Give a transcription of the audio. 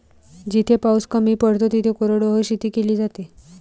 जिथे पाऊस कमी पडतो तिथे कोरडवाहू शेती केली जाते